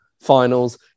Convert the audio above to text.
finals